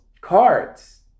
cards